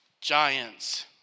giants